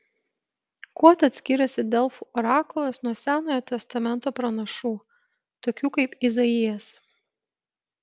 kuo tad skiriasi delfų orakulas nuo senojo testamento pranašų tokių kaip izaijas